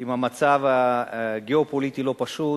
עם מצב גיאו-פוליטי לא פשוט,